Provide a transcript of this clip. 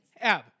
Ab